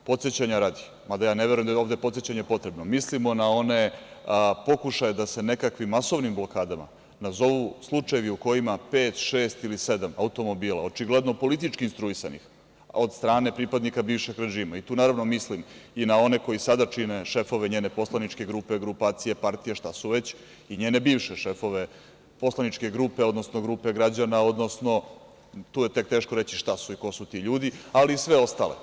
Podsećanja radi, mada ja ne verujem da je ovde podsećanje potrebno, mislimo na one pokušaje da se nekakvim masovnim blokadama nazovu slučajevi u kojima pet, šest ili sedam automobila, očigledno politički instruisanih, od strane pripadnika bivših režima, tu naravno mislim i na one koji sada čine šefove njene poslaničke grupe, grupacije, partije, šta su već i njene bivše šefove poslaničke grupe, odnosno grupe građana, odnosno tu je tek teško reći šta su i ko su ti ljudi, ali i sve ostale.